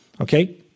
Okay